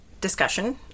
discussion